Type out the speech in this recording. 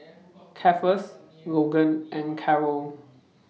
Cephus Logan and Karel